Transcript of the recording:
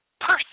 person